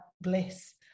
bliss